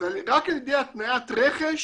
ורק על ידי התניית רכש